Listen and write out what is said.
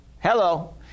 Hello